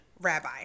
rabbi